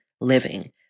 living